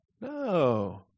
No